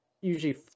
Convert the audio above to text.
usually